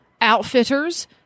Outfitters